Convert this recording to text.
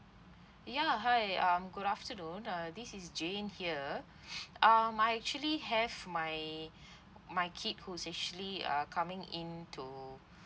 ya hi um good afternoon uh this is jane here um my actually have my my kid who's actually are coming into